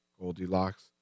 Goldilocks